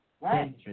Right